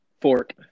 Fork